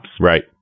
Right